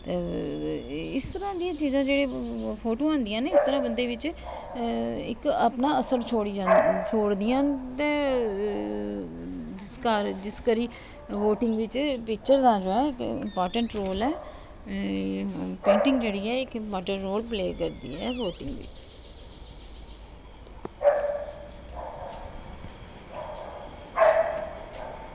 इस तरहां दियां चीज़ां होंदियां ना फोटो इस तरहां दियां इ क्क अपना असर छोड़ दियां न ते इस करी वोटिंग बिच पिक्चर दा काफी इम्पार्टेंट रोल ऐ पेंटिंग जेह्ड़ी ऐ एह् इक्क इम्पार्टेंट रोल प्ले करदी ऐ वोटिंग बिच